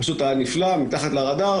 הוא פשוט היה נפלא, מתחת לרדאר.